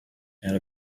and